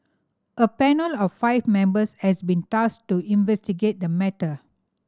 a panel of five members has been tasked to investigate the matter